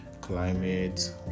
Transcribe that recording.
climate